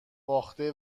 باخته